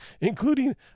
including